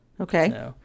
Okay